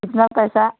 कितना पैसा